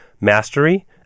mastery